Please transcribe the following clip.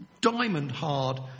diamond-hard